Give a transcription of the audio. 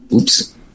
Oops